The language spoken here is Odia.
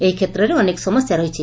ଏହି କ୍ଷେତ୍ରରେ ଅନେକ ସମସ୍ୟା ରହିଛି